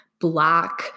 Black